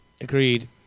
Agreed